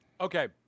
Okay